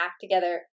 together